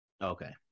Okay